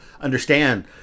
understand